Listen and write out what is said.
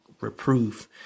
reproof